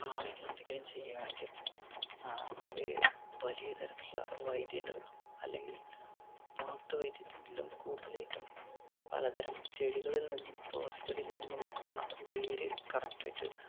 പ്രാണികൾ എന്തെങ്കിലും ചെയ്യുകയാണെങ്കിൽ അവയെ വലിയ തരത്തിലുള്ള വൈദ്യന്റെ അടുത്തും അല്ലെങ്കിൽ നാട്ടുവൈദ്യത്തിലും കൂടുതലായിട്ടും പലതരം ചെടികളിൽ നിന്നും തുളസിച്ചെടിയിൽ നിന്നും എടുക്കുന്ന വേര് കറക്റ്റായിട്ട്